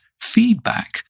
feedback